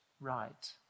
right